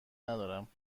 ندارم